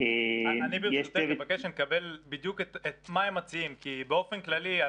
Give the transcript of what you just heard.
אני ברשותך מבקש שנקבל בדיוק מה הם מציעים כי באופן כללי,